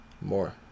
More